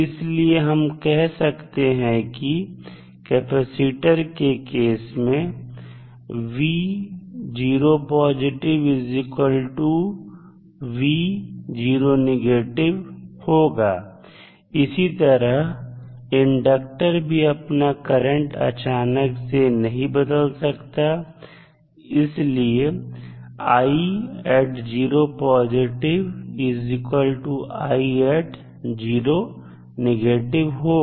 इसलिए हम कह सकते हैं की कैपेसिटर के केस में होगा और इसी तरह इंडक्टर भी अपना करंट अचानक से नहीं बदल सकता इसलिए होगा